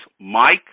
Mike